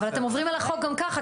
אבל אתם עוברים על החוק גם ככה,